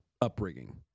upbringing